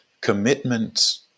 commitment